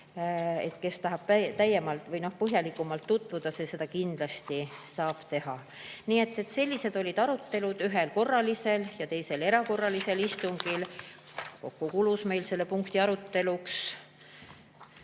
Kes tahab põhjalikumalt tutvuda, see seda kindlasti saab teha. Sellised olid arutelud ühel korralisel ja ühel erakorralisel istungil. Kokku kulus meil selle punkti aruteluks